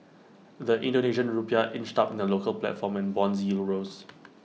the Indonesian Rupiah inched up in the local platform and Bond yields rose